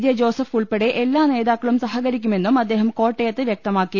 J Joseph ഉൾപ്പെടെ എല്ലാ നേതാക്കളും സഹ കരിക്കുമെന്നും അദ്ദേഹം കോട്ടയത്ത് വൃക്തമാക്കി